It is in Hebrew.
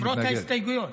למרות ההסתייגויות.